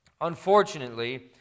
unfortunately